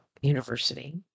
University